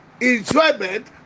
enjoyment